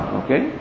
okay